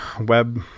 web